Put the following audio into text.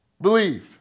believe